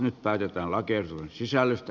nyt päätetään lakiehdotuksen sisällöstä